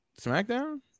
SmackDown